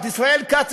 או את ישראל כץ,